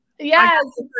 Yes